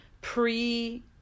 pre